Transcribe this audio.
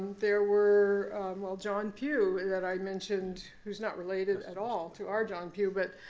there were well, john pugh and that i mentioned, who's not related at all to our john pugh. but